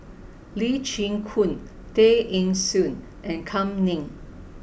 Lee Chin Koon Tay Eng Soon and Kam Ning